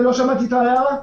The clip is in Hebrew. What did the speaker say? לא שמעתי את ההערה.